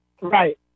Right